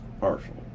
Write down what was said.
partial